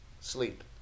Sleep